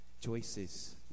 choices